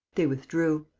they withdrew.